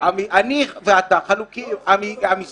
לא חלוקים.